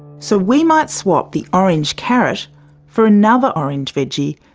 so we might swap the orange carrot for another orange veggie,